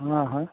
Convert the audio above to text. अहँ